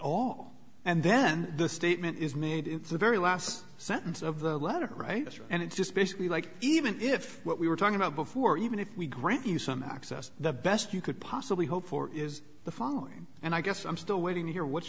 all and then the statement is made in the very last sentence of the letter writer and it's just basically like even if what we were talking about before even if we grant you some access the best you could possibly hope for is the following and i guess i'm still waiting to hear what